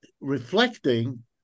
reflecting